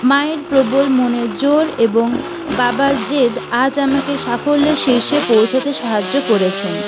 মায়ের প্রবল মনের জোর এবং বাবার জেদ আজ আমাকে সাফল্যের শীর্ষে পৌঁছোতে সাহায্য করেছেন